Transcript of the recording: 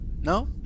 no